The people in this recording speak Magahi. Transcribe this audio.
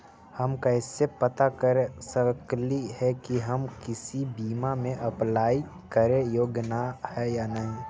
हम कैसे पता कर सकली हे की हम किसी बीमा में अप्लाई करे योग्य है या नही?